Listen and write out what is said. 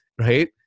right